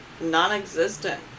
non-existent